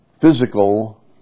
physical